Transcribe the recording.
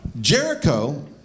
Jericho